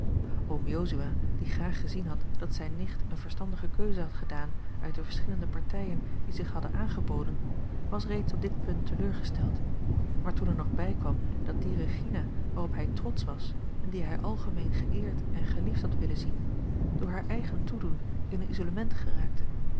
oom jozua die graag gezien had dat zijne nicht eene verstandige keuze had gedaan uit de verschillende partijen die zich hadden aangeboden was reeds op dit punt teleurgesteld maar toen er nog bijkwam dat die regina waarop hij trotsch was en die hij algemeen geëerd en geliefd had willen zien door haar eigen toedoen in een isolement geraakte